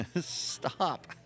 stop